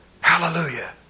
Hallelujah